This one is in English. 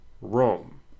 Rome